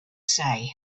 say